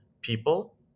people